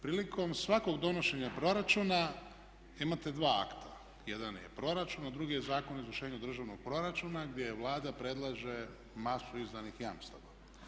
Prilikom svakog donošenja proračuna imate dva akta, jedan je proračun a drugi je Zakon o izvršenju državnog proračuna gdje Vlada predlaže masu izdanih jamstava.